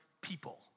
people